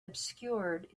obscured